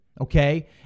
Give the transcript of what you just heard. okay